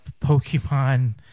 Pokemon